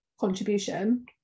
contribution